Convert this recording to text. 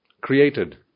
created